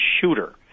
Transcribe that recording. shooter